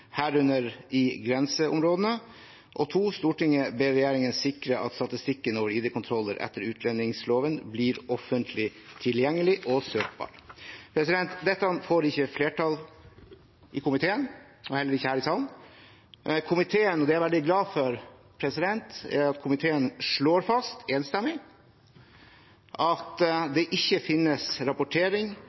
herunder i grenseområdene 2. Stortinget ber regjeringen sikre at statistikken over ID-kontrollene etter utlendingsloven blir offentlig tilgjengelig og søkbar.» Dette får ikke flertall i komiteen og heller ikke her i salen. Jeg er veldig glad for at komiteen slår fast enstemmig at det ikke finnes rapportering